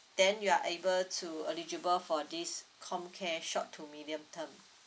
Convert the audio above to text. then you're able to eligible for this comcare short to medium term